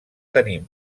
tenim